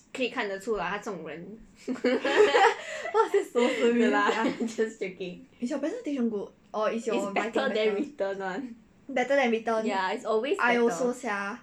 what's that suppose to mean sia is your presentation good or is your writing better better than written I also sia